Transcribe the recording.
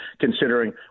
considering